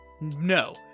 no